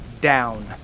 down